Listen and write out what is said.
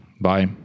Bye